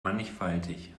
mannigfaltig